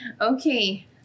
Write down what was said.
Okay